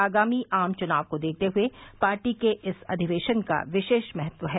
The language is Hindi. आगामी आम चुनाव को देखते हुए पार्टी के इस अधिवेशन का विशेष महत्व है